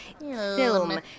film